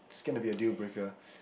is gonna be a deal breaker